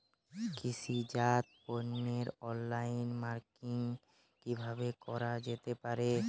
কৃষিজাত পণ্যের online marketing কিভাবে করা যেতে পারে?